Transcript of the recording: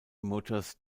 motors